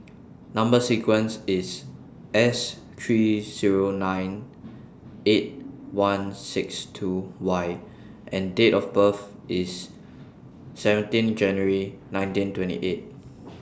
Number sequence IS S three Zero nine eight one six two Y and Date of birth IS seventeen January nineteen twenty eight